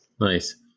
Nice